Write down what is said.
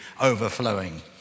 overflowing